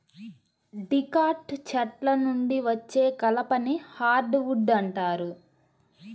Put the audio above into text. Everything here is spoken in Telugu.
డికాట్ చెట్ల నుండి వచ్చే కలపని హార్డ్ వుడ్ అంటారు